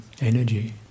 energy